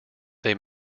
they